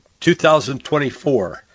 2024